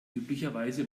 üblicherweise